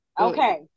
Okay